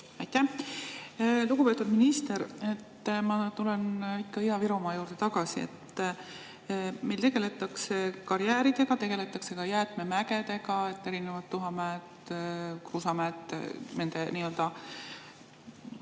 Aitäh! Lugupeetud minister! Ma tulen ikka Ida-Virumaa juurde tagasi. Meil tegeletakse karjääridega, tegeletakse ka jäätmemägede, tuhamägede, kruusamägedega, nende nii-öelda